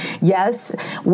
Yes